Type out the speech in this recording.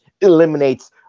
eliminates